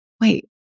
wait